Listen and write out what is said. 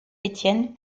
étienne